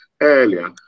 Earlier